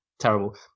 terrible